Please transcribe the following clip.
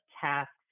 tasks